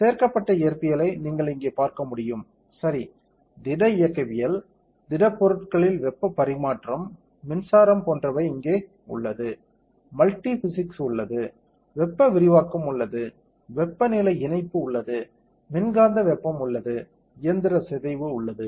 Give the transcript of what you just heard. சேர்க்கப்பட்ட இயற்பியலை நீங்கள் இங்கே பார்க்க முடியும் சரி திட இயக்கவியல் திடப்பொருட்களில் வெப்பப் பரிமாற்றம் மின்சாரம் போன்றவை இங்கே உள்ளது மல்டி பிசிக்ஸ் உள்ளது வெப்ப விரிவாக்கம் உள்ளது வெப்பநிலை இணைப்பு உள்ளது மின்காந்த வெப்பம் உள்ளது இயந்திர சிதைவு உள்ளது